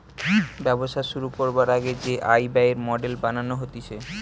ব্যবসা শুরু করবার আগে যে আয় ব্যয়ের মডেল বানানো হতিছে